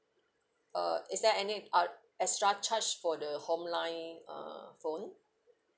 uh is there any uh extra charge for the home line uh phone